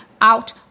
out